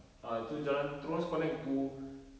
ah terus jalan terus connect to